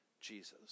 Jesus